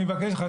אני מבקש ממך,